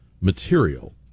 material